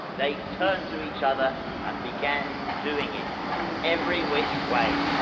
they turned to each other, and began doing it every which way.